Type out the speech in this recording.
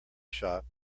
shop